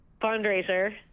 fundraiser